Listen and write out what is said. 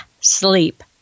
sleep